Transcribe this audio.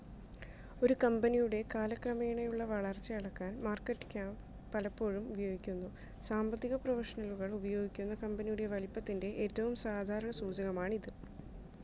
ഒരു കമ്പനിയുടെ കാലക്രമേണയുള്ള വളർച്ച അളക്കാൻ മാർക്കറ്റ് ക്യാപ് പലപ്പോഴും ഉപയോഗിക്കുന്നു സാമ്പത്തിക പ്രൊഫഷണലുകൾ ഉപയോഗിക്കുന്ന കമ്പനിയുടെ വലിപ്പത്തിന്റെ ഏറ്റവും സാധാരണ സൂചകമാണ് ഇത്